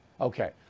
Okay